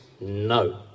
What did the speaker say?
no